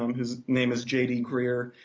um whose name is j. d. greear,